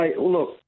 Look